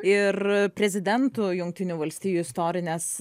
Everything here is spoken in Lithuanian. ir prezidentų jungtinių valstijų istorines